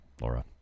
Laura